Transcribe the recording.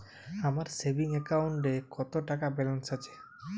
আমার সেভিংস অ্যাকাউন্টে কত টাকা ব্যালেন্স আছে?